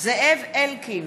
זאב אלקין,